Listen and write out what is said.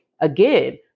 again